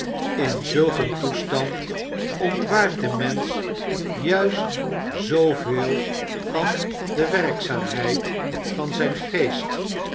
in zulk een toestand ontwaart de mensch juist zooveel van de werkzaamheid van zijn geest